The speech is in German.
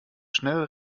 schnell